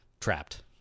trapped